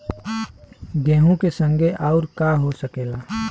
गेहूँ के संगे आऊर का का हो सकेला?